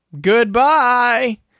goodbye